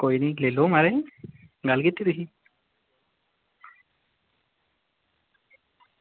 कोई निं लेई लैओ म्हाराज गल्ल कीती तुसें